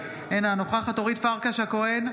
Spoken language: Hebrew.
אינה נוכחת אורית פרקש הכהן,